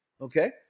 Okay